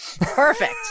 perfect